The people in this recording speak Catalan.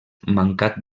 mancat